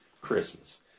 Christmas